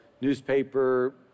newspaper